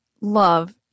love